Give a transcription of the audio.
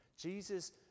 Jesus